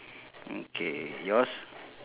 okay yours